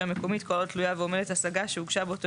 המקומית כל עוד תלויה ועומדת השגה שהוגשה באותו